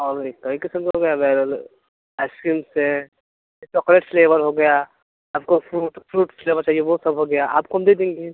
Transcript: और कई क़िस्म का हो गया अवैलबल आइस क्रीम्स हैं चोकलेट फ्लेवर हो गया आपको फ़्रूट फ़्रूट फ्लेवर चाहिए वो सब हो गया आपको हम दे देंगे